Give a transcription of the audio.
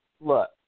look